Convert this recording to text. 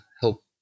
help